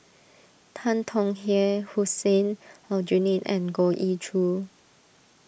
Tan Tong Hye Hussein Aljunied and Goh Ee Choo